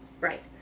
right